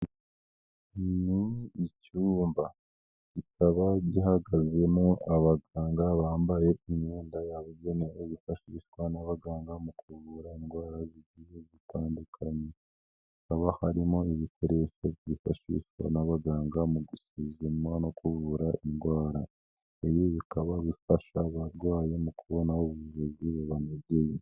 Ni icyumba kikaba gihagazemo abaganga bambaye imyenda yabugenewe yifashishwa n'abaganga mu kuvura indwara zigiye zitandukanye, hakaba harimo n'ibikoresho byifashishwa n'abaganga mu gusuzuma no kuvura indwara, ibi bikaba bifasha abarwayi mu kubona ubuvuzi bubanogeye.